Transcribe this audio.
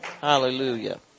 Hallelujah